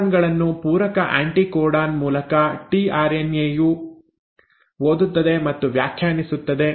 codon ಗಳನ್ನು ಪೂರಕ anticodon ಮೂಲಕ ಟಿಆರ್ಎನ್ಎ ಯು ಓದುತ್ತದೆ ಮತ್ತು ವ್ಯಾಖ್ಯಾನಿಸುತ್ತದೆ